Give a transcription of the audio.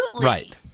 Right